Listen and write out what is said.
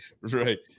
Right